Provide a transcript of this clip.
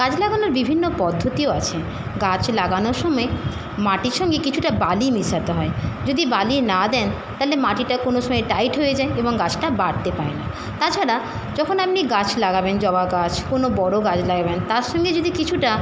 গাছ লাগানোর বিভিন্ন পদ্ধতিও আছে গাছ লাগানোর সময় মাটির সঙ্গে কিছুটা বালি মেশাতে হয় যদি বালি না দেন তাহলে মাটিটা কোনো সময় টাইট হয়ে যায় এবং গাছটা বাড়তে পারে না তাছাড়া যখন আপনি গাছ লাগাবেন জবা গাছ কোনো বড় গাছ লাগাবেন তার সঙ্গে যদি কিছুটা